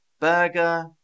burger